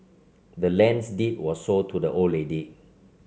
the land's deed was sold to the old lady